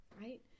right